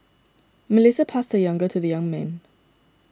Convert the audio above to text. Melissa passed her younger to the young man